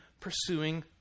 pursuing